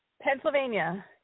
Pennsylvania